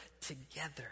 together